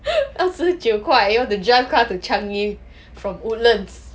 二十九块 you want to drive car to changi from woodlands